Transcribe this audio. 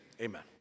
amen